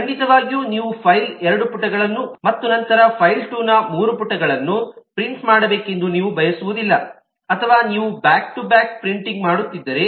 ಖಂಡಿತವಾಗಿಯೂ ನೀವು ಫೈಲ್1ನ ಎರಡು ಪುಟಗಳನ್ನು ಮತ್ತು ನಂತರ ಫೈಲ್2ನ ಮೂರು ಪುಟಗಳನ್ನು ಪ್ರಿಂಟ್ ಮಾಡಬೇಕೆಂದು ನೀವು ಬಯಸುವುದಿಲ್ಲ ಅಥವಾ ನೀವು ಬ್ಯಾಕ್ ಟು ಬ್ಯಾಕ್ ಪ್ರಿಂಟಿಂಗ್ ಮಾಡುತ್ತಿದ್ದರೆ